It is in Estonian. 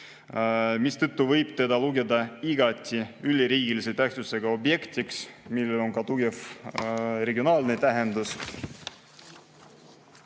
Seetõttu võib seda lugeda igati üleriigilise tähtsusega objektiks, millel on ka suur regionaalne tähendus.